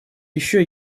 еще